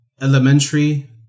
elementary